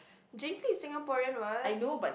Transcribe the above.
James-Lee is Singaporean what